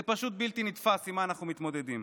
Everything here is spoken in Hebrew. זה פשוט בלתי נתפס, עם מה אנחנו מתמודדים.